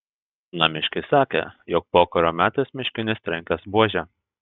namiškiai sakė jog pokario metais miškinis trenkęs buože